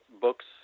books